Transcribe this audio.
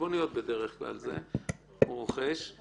בעמוד הראשון